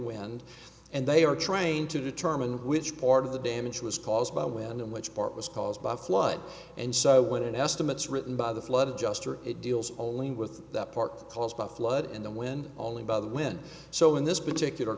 wind and they are trying to determine which part of the damage was caused by wind and which part was caused by flood and so when it estimates written by the flood adjuster it deals only with that part caused by flood and the wind only by the wind so in this particular